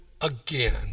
again